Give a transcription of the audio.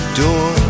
door